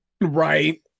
Right